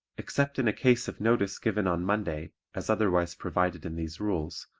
except in a case of notice given on monday as otherwise provided in these rules,